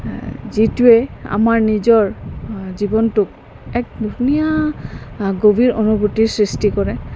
যিটোৱে আমাৰ নিজৰ জীৱনটোক এক ধুনীয়া গভীৰ অনুভূতিৰ সৃষ্টি কৰে